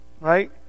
right